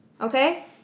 okay